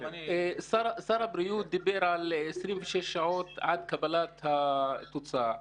שר הבריאות דיבר על 26 שעות עד קבלת התוצאה.